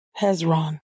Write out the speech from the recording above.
Hezron